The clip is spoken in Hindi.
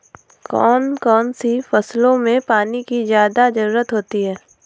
कौन कौन सी फसलों में पानी की ज्यादा ज़रुरत होती है?